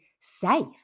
safe